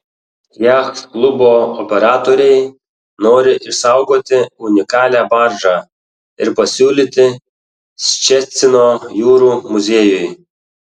jachtklubo operatoriai nori išsaugoti unikalią baržą ir pasiūlyti ščecino jūrų muziejui